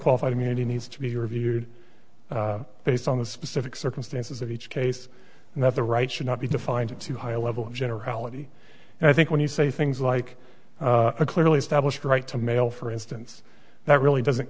qualified immunity needs to be reviewed based on the specific circumstances of each case and that the rights should not be defined at too high a level of generality and i think when you say things like a clearly established right to mail for instance that really doesn't